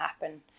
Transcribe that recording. happen